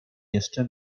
jeszcze